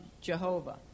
Jehovah